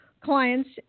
clients